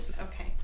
okay